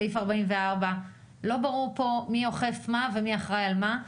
סעיף 44. לא ברור מי אוכף מה ומי אחראי על מה.